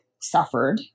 suffered